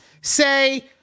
say